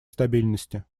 стабильности